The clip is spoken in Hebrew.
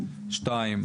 שתיים,